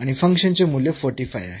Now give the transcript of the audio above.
आणि फंक्शनचे मूल्य 45 आहे